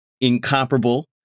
incomparable